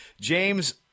James